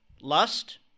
lust